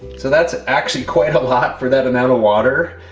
so that's actually quite a lot for that amount of water.